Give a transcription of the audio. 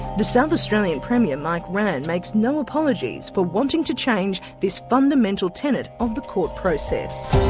the south australian premier, mike rann, makes no apologies for wanting to change this fundamental tenet of the court process.